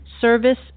service